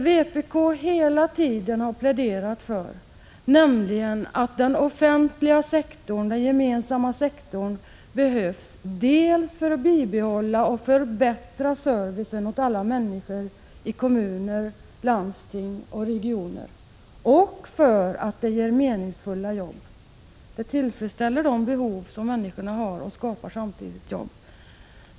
Vpk har hela tiden pläderat för att den gemensamma sektorn behövs, dels för att bibehålla och förbättra servicen åt alla människor, dels därför att den ger meningsfulla jobb. Den offentliga verksamheten tillfredsställer människors behov och skapar samtidigt jobb.